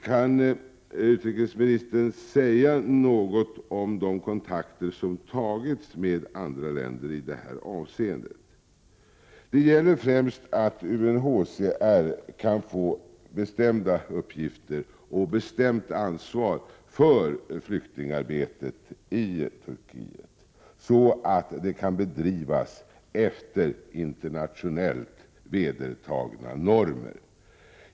Kan utrikesministern säga något om de kontakter som har tagits med andra länder i detta avseende? Det gäller främst att UNHCR kan få bestämda uppgifter och bestämt ansvar för flyktingarbetet i Turkiet, så att det kan bedrivas efter internationellt vedertagna normer.